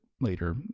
later